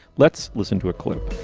let's listen to a clip